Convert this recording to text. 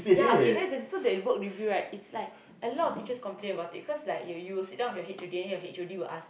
ya okay that's the work review it's like a lot of teachers complain about it so you will will sit down with your H_O_D and your H_O_D will asked